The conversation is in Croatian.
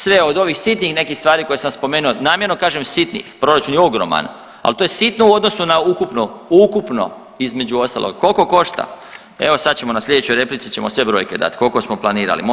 Sve od ovih sitnih nekih stvari koje sam spomenuo, namjerno kažem sitnih, proračun je ogroman, al to je sitno u odnosu na ukupno, ukupno između ostalog, kolko košta, evo sad ćemo, na slijedećoj replici ćemo sve brojke dat kolko smo planirali, može.